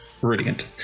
Brilliant